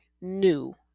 new